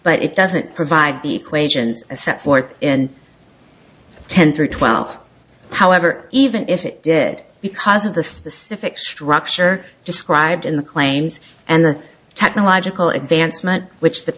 but it doesn't provide the equations a set forth in ten through twelve however even if it did because of the specific structure described in the claims and the technological advancement which the